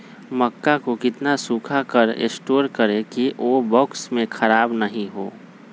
मक्का को कितना सूखा कर स्टोर करें की ओ बॉक्स में ख़राब नहीं हो?